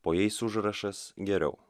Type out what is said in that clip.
po jais užrašas geriau